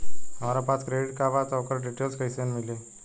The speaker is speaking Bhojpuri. हमरा पास क्रेडिट कार्ड बा त ओकर डिटेल्स कइसे मिली?